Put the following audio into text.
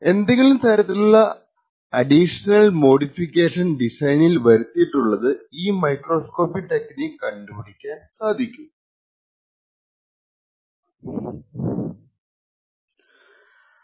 എന്തെങ്കിലും തരത്തിലുള്ള additional modification ഡിസൈനിൽ വരുത്തിയിട്ടുള്ളത് ഈ മൈക്രോസ്കോപ്പി ടെക്നിക്കിന് കണ്ടുപ്പിടിക്കാൻ സാധിക്കും എന്ന് പ്രതീക്ഷിക്കുന്നു